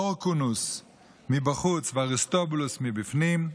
הורקנוס מבחוץ ואריסטובולוס מבפנים,